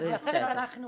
אנחנו